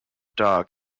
dog